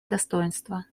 достоинство